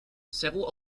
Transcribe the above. several